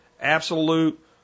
absolute